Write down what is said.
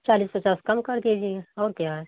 चालीस पचास कम कर दीजिए और क्या